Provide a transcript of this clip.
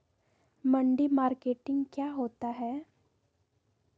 मंडी मार्केटिंग क्या होता है?